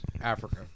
Africa